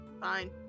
Fine